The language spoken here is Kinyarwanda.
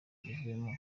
tuvuyemo